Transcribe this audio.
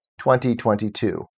2022